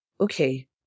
okay